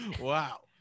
wow